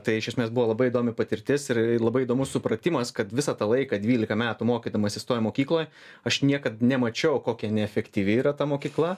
tai iš esmės buvo labai įdomi patirtis ir ir labai įdomus supratimas kad visą tą laiką dvylika metų mokydamasis toj mokykloj aš niekad nemačiau kokia neefektyvi yra ta mokykla